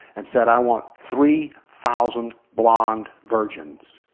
and said, i want three thousand blonde virgins.